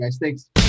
Thanks